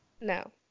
No